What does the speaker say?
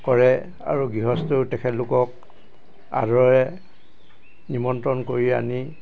কৰে আৰু গৃহস্থয়ো তেখেতলোকক আদৰৰে নিমন্ত্ৰণ কৰি আনি